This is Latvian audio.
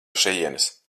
šejienes